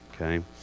okay